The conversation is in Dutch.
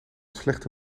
slechte